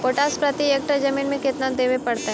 Potash प्रति एकड़ जमीन में केतना देबे पड़तै?